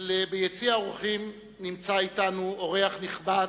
ביציע האורחים נמצא אתנו אורח נכבד,